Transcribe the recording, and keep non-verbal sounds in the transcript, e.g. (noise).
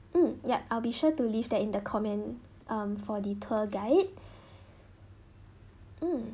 mm yup I'll be sure to leave that in the comment um for the tour guide (breath) um